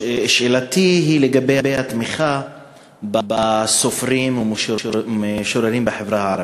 שאלתי היא לגבי התמיכה בסופרים ובמשוררים בחברה הערבית.